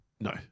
No